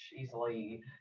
easily